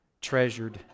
treasured